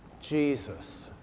Jesus